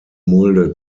mulde